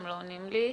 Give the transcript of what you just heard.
הם לא עונים לי.